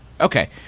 Okay